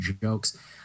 jokes